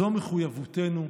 זו מחויבותנו.